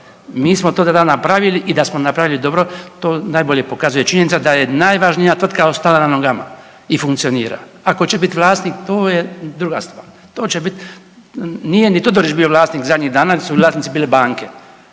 Mi smo to tada napravili i da smo napravili dobro to najbolje pokazuje činjenica da je najvažnija tvrtka ostala na nogama i funkcionira, a tko će bit vlasnik to je druga stvar. To će bit, nije ni Todorić bio vlasnik zadnjih dana jer su vlasnici bile banke,